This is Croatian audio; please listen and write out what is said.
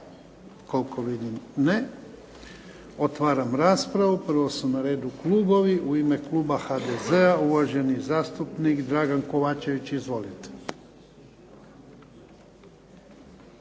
Koliko vidim ne. Otvaram raspravu. Prvo su na redu klubovi. U ime kluba HDZ-a, uvaženi zastupnik Dragan Kovačević. Izvolite.